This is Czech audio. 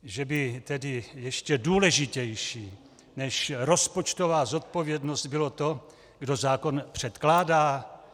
Že by tedy ještě důležitější než rozpočtová zodpovědnost bylo to, kdo zákon předkládá?